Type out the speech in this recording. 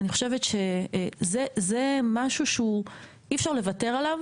אני חושבת שזה משהו שאי אפשר לוותר עליו